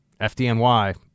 FDNY